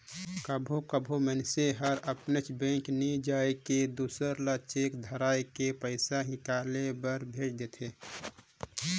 कभों कभों मइनसे हर अपनेच बेंक नी जाए के दूसर ल चेक धराए के पइसा हिंकाले बर भेज देथे